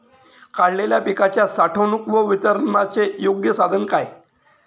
काढलेल्या पिकाच्या साठवणूक व वितरणाचे योग्य साधन काय?